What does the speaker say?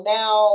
now